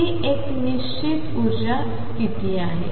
ती एक निश्चित ऊर्जा स्थिती आहे